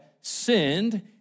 sinned